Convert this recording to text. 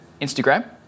Instagram